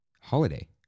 Holiday